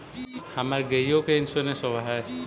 हमर गेयो के इंश्योरेंस होव है?